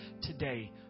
today